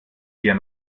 wir